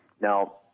Now